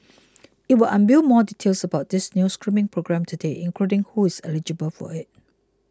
it will unveil more details about this new screening program today including who is eligible for it